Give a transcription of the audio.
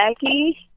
Jackie